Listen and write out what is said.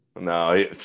No